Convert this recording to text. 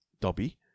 Dobby